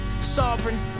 Sovereign